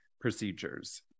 Procedures